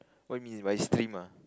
what you mean by stream ah